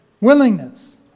Willingness